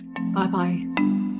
Bye-bye